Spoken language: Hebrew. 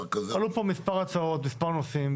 עלו פה מספר הצעות במספר נושאים.